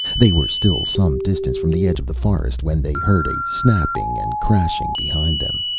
they were still some distance from the edge of the forest when they heard a snapping and crashing behind them.